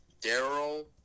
Daryl